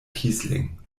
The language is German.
kießling